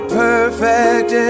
perfect